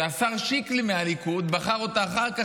שהשר שיקלי מהליכוד בחר אותה אחר כך,